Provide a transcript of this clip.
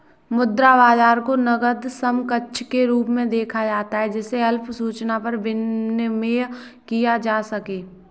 मुद्रा बाजार को नकद समकक्ष के रूप में देखा जाता है जिसे अल्प सूचना पर विनिमेय किया जा सके